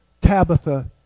Tabitha